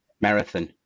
marathon